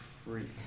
Free